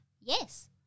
Yes